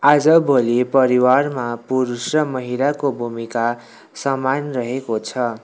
आजभोलि परिवारमा पुरुष र महिलाको भूमिका समान रहेको छ